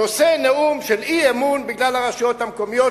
נושא נאום של אי-אמון בגלל הרשויות המקומיות,